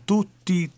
Tutti